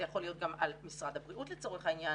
זה יכול להיות גם על משרד הבריאות לצורך העניין,